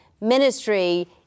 ministry